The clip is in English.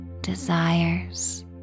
desires